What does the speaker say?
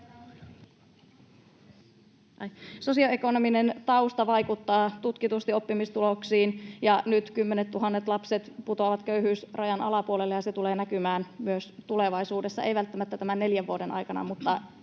Sosioekonominen tausta vaikuttaa tutkitusti oppimistuloksiin, ja nyt kymmenettuhannet lapset putoavat köyhyysrajan alapuolelle, ja se tulee näkymään myös tulevaisuudessa — ei välttämättä tämän neljän vuoden aikana, mutta